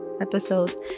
episodes